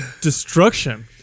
destruction